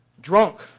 Drunk